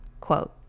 quote